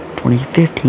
2015